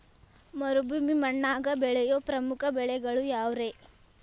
ಮರುಭೂಮಿ ಮಣ್ಣಾಗ ಬೆಳೆಯೋ ಪ್ರಮುಖ ಬೆಳೆಗಳು ಯಾವ್ರೇ?